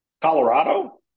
Colorado